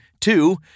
Two